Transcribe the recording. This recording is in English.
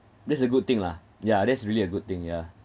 that's a good thing lah yeah that's really a good thing yeah